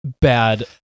bad